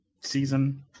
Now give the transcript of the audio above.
season